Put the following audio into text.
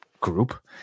group